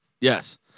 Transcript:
Yes